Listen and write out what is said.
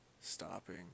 stopping